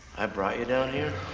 i brought you down here,